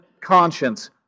conscience